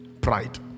Pride